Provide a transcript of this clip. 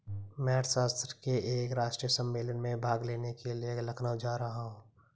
मैं अर्थशास्त्र के एक राष्ट्रीय सम्मेलन में भाग लेने के लिए लखनऊ जा रहा हूँ